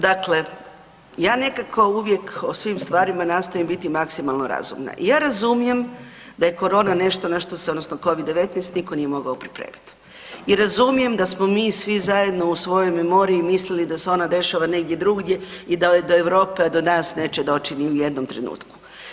Dakle, ja nekako uvijek o svim stvarima nastojim biti maksimalno razumna i ja razumijem da je korona nešto na što se odnosno covid-19 niko nije mogao pripremiti i razumijem da smo mi svi zajedno u svojoj memoriji mislili da se ona dešava negdje drugdje i da do Europe i do nas neće doći ni u jednom trenutku.